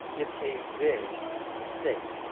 it's a big mistake.